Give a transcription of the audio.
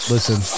Listen